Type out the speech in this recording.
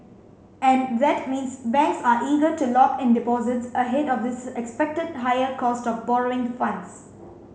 and that means banks are eager to lock in deposits ahead of this expected higher cost of borrowing funds